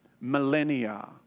Millennia